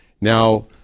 Now